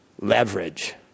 leverage